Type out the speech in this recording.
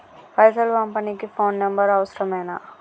పైసలు పంపనీకి phone number అవసరమేనా?